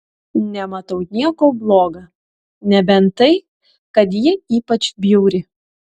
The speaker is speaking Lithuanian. nematau nieko bloga nebent tai kad ji ypač bjauri